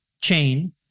chain